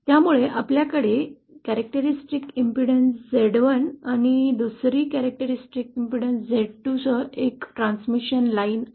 त्यामुळे आपल्याकडे वैशिष्ट्यपूर्ण अडथळा Z1 आणि दुसरा वैशिष्ट्यपूर्ण अडथळा Z2 सह एक ट्रान्समिशन लाईन आहे